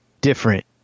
different